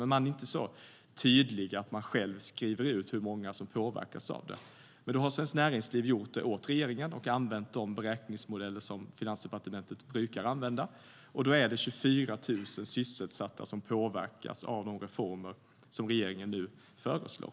Men man är inte så tydlig att man själv skriver ut hur många som påverkas av det. Men det har Svenskt Näringsliv gjort åt regeringen och använt de beräkningsmodeller som Finansdepartementet brukar använda. Då är det 24 000 sysselsatta som påverkas av de reformer som regeringen nu föreslår.